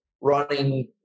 running